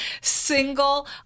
single